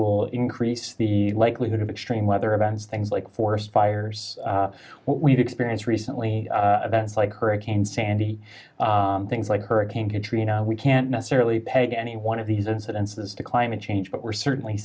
will increase the likelihood of extreme weather events things like forest fires we've experienced recently events like hurricane sandy things like hurricane katrina we can't necessarily peg any one of these incidences to climate change but we're certainly